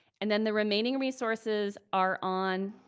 and then the remaining resources are on